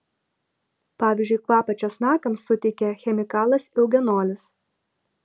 pavyzdžiui kvapą česnakams suteikia chemikalas eugenolis